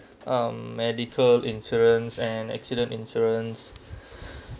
um medical insurance and accident insurance